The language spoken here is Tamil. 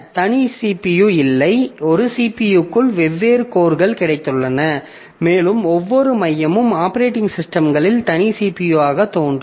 தனி CPU இல்லை ஒரு CPU க்குள் வெவ்வேறு கோர்கள் கிடைத்துள்ளன மேலும் ஒவ்வொரு மையமும் ஆப்பரேட்டிங் சிஸ்டமிற்கு தனி CPU ஆக தோன்றும்